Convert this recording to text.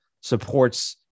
supports